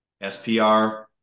SPR